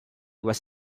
was